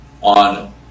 on